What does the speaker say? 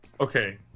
Okay